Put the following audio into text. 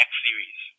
X-series